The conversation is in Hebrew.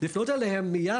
אנחנו יכולים לפנות אליהם מיד.